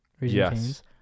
yes